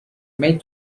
made